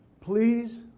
Please